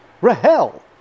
Rahel